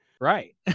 Right